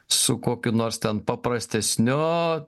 su kokiu nors ten paprastesniu